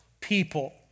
people